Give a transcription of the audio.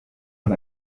von